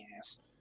ass